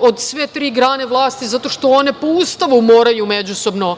od sve tri grane vlasti zato što one po ustavu moraju da se